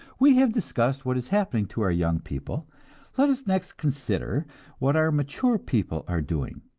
we have discussed what is happening to our young people let us next consider what our mature people are doing.